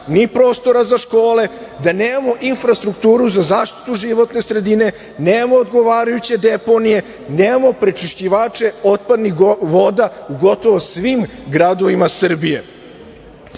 ni prostora za škole, da nemamo infrastrukturu za zaštitu životne sredine, nemamo odgovarajuće deponije, nemamo prečišćivače otpadnih voda u gotovo svim gradovima Srbije. Radi